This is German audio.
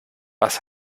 was